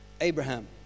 Abraham